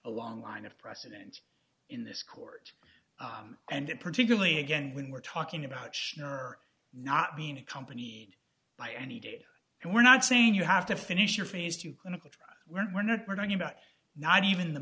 a long line of precedent in this court and particularly again when we're talking about sure not being accompanied by any data and we're not saying you have to finish your phase two clinical trials we're not we're talking about not even the